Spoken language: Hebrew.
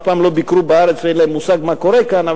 הם אף פעם לא ביקרו בארץ ואין להם מושג מה קורה כאן,